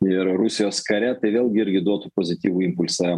ir rusijos kare tai vėlgi irgi duotų pozityvų impulsą